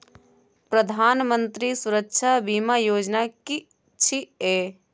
प्रधानमंत्री सुरक्षा बीमा योजना कि छिए?